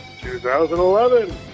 2011